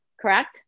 correct